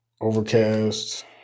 Overcast